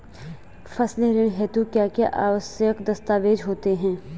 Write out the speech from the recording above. फसली ऋण हेतु क्या क्या आवश्यक दस्तावेज़ होते हैं?